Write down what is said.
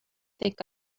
think